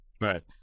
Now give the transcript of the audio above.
Right